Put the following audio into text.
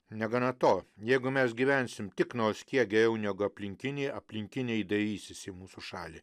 negana to jeigu mes gyvensim tik nors kiek geriau negu aplinkiniai aplinkiniai dairysis į mūsų šalį